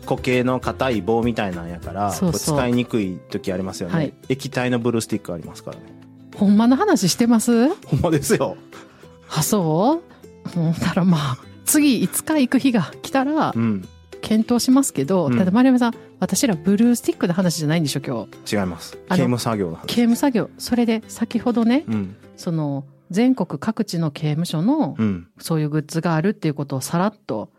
固形の硬い棒みたいなんやから、そうそう。こう使いにくい時ありますよね。はい。液体のブルースティックありますからね。ほんまの話してます？ほんまですよ。あ、そう？ほんならまあ、次いつか行く日が来たら、うん。検討しますけど、ただ、うん。丸山さん、私らブルースティックの話じゃないんでしょ、今日。違います。あの、刑務作業の話です。刑務作業。それで、先ほどね、うん。その、全国各地の刑務所の、うん。そういうグッズがあるっていうことをさらっと